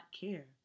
care